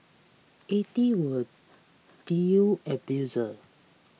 eighty were new abusers